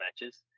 matches